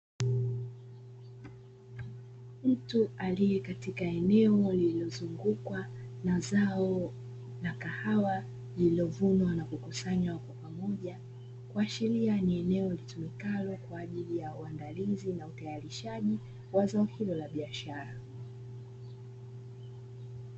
Mtu aliye katika eneo lililozungukwa na zao la kahawa lililovunwa na kukusanywa kwa pamoja, kuashiria ni eneo litumikalo kwa ajili ya uandalizi na utayarishaji wa zao hilo la biashara.